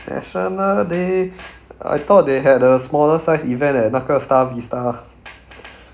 national day I thought they had a smaller sized event at 那个 star vista